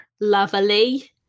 lovely